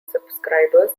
subscribers